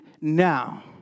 now